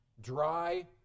dry